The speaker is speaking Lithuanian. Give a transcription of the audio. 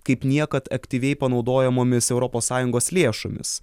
kaip niekad aktyviai panaudojamomis europos sąjungos lėšomis